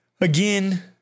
again